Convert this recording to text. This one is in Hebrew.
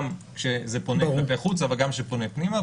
גם כשזה פונה כלפי חוץ אבל גם כשפונה פנימה.